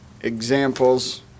examples